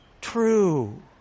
true